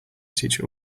teacher